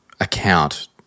account